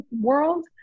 world